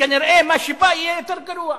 שכנראה מה שבא יהיה יותר גרוע.